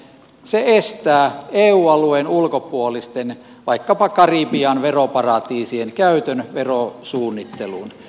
se estää eu alueen ulkopuolisten vaikkapa karibian veroparatiisien käytön verosuunnitteluun